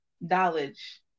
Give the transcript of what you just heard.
knowledge